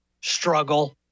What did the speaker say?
struggle